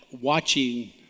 watching